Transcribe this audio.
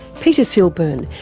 peter silburn,